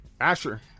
Asher